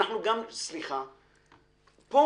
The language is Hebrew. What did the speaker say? פה